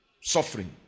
suffering